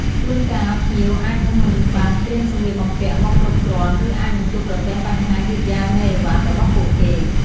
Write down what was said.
ជួនកាល ភ្ញៀវអាចនឹងមិនបានត្រៀមសម្លៀកបំពាក់មកគ្រប់គ្រាន់ ឬអាចនឹងជួបប្រទះបញ្ហាយឺតយ៉ាវនៃឥវ៉ាន់របស់ពួកគេ។